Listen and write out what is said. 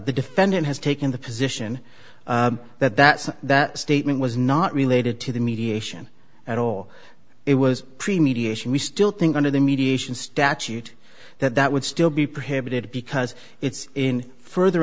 the defendant has taken the position that that that statement was not related to the mediation at all it was pre mediation we still think under the mediation statute that that would still be prohibited because it's in further